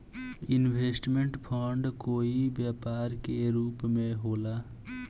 investment fund कोई व्यापार के रूप में होला